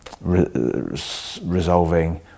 resolving